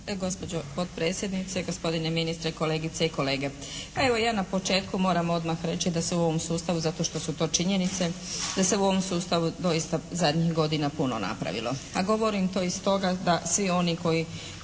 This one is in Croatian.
gospođo potpredsjednice, gospodine ministre, kolegice i kolege. Pa evo, ja na početku moram odmah reći da se u ovom sustavu zato što su to činjenice, da se u ovom sustavu doista zadnjih godina puno napravilo. A govorim to i stoga da svi oni koji